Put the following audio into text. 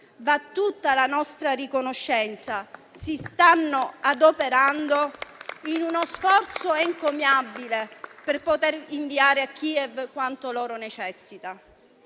va tutta la nostra riconoscenza, si stanno adoperando in uno sforzo encomiabile per poter inviare a Kiev quanto loro necessita.